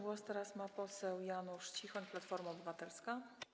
Głos teraz ma poseł Janusz Cichoń, Platforma Obywatelska.